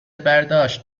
برداشت